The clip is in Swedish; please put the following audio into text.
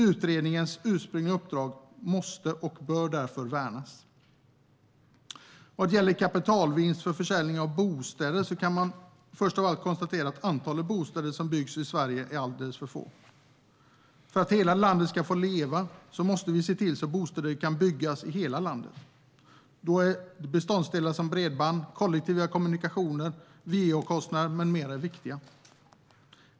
Utredningens ursprungliga uppdrag måste och bör därför värnas. Vad gäller kapitalvinst vid försäljning av bostäder kan man först av allt konstatera att antalet bostäder som byggs i Sverige är alldeles för litet. För att hela landet ska få leva måste vi se till att bostäder kan byggas i hela landet. Då är beståndsdelar som bredband, kollektiva kommunikationer, va-kostnader med mera viktiga.